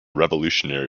revolutionary